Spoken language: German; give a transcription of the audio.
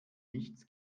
nichts